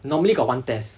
normally got one test